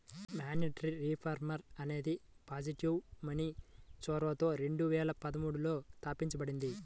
monetary reform అనేది positive money చొరవతో రెండు వేల పదమూడులో తాపించబడింది